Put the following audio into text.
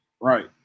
Right